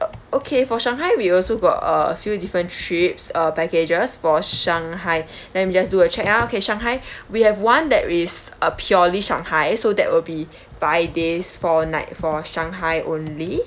uh okay for shanghai we also got uh few different trips uh packages for shanghai let me just do a check ah okay shanghai we have one that is a purely shanghai so that will be five days four night for shanghai only